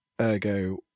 ergo